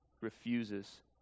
refuses